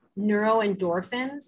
neuroendorphins